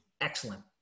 Excellent